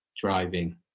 driving